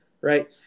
right